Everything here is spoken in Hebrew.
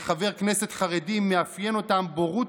ושאת חברי הכנסת החרדים מאפיינות בורות,